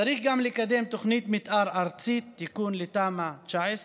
צריך גם לקדם תוכנית מתאר ארצית, תיקון לתמ"א 19,